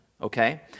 okay